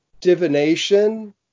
divination